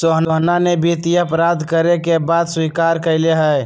सोहना ने वित्तीय अपराध करे के बात स्वीकार्य कइले है